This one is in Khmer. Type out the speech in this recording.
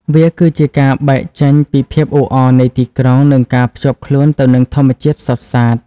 វាគឺជាការបែកចេញពីភាពអ៊ូអរនៃទីក្រុងនិងការភ្ជាប់ខ្លួនទៅនឹងធម្មជាតិសុទ្ធសាធ។